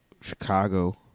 Chicago